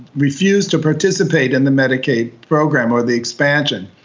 refused to participate in the medicaid program or the expansion.